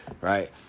Right